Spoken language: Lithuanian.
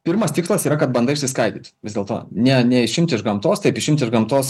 pirmas tikslas yra kad banda išsiskaidytų vis dėlto ne neišimti iš gamtos taip išimti iš gamtos